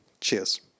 Cheers